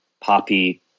poppy